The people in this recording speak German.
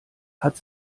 hat